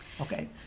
Okay